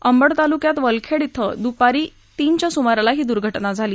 अंबड तालुक्यात वलखेड इथं दुपारी तीनच्या सुमाराला ही दुर्घटना झाली